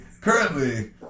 currently